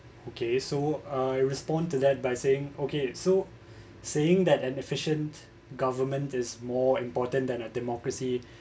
okay so uh I respond to that by saying okay so saying that an efficient government is more important than a democracy